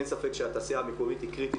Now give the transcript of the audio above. אין ספק שהתעשייה המקומית היא קריטית.